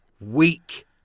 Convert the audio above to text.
Weak